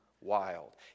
wild